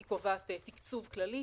היא קובעת תקצוב כללי,